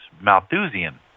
Malthusian